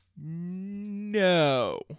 No